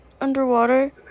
underwater